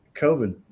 COVID